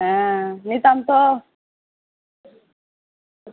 হ্যাঁ নিতাম তো